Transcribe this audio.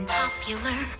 popular